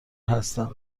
هستند